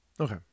Okay